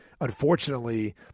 Unfortunately